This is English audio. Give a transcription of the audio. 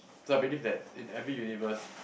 so I believe that in every universe